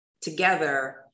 together